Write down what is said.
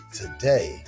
today